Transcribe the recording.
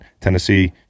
Tennessee